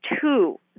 two